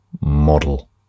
model